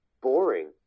boring